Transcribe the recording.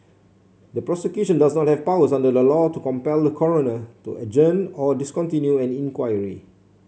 the Prosecution does not have powers under the law to compel the Coroner to adjourn or discontinue an inquiry